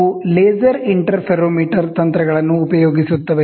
ಅವು laser interferometer ತಂತ್ರಗಳನ್ನು ಉಪಯೋಗಿಸುತ್ತವೆ